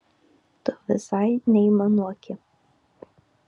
tu visai neaimanuoki